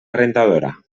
rentadora